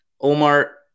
Omar